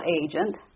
agent